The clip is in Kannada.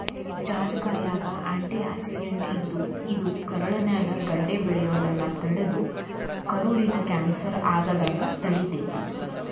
ಜಾಜಿಕಾಯಾಗ ಆ್ಯಂಟಿಆಕ್ಸಿಡೆಂಟ್ ಇದ್ದು, ಇದು ಕರುಳಿನ್ಯಾಗ ಗಡ್ಡೆ ಬೆಳಿಯೋದನ್ನ ತಡದು ಕರುಳಿನ ಕ್ಯಾನ್ಸರ್ ಆಗದಂಗ ತಡಿತೇತಿ